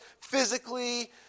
physically